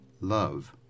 Love